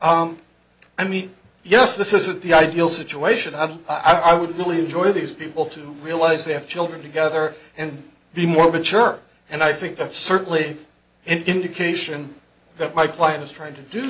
i mean yes this isn't the ideal situation i mean i would really enjoy these people to realize they have children together and be more mature and i think that's certainly an indication that my client is trying to do